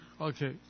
Okay